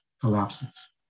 collapses